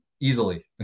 easily